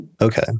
okay